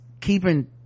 keeping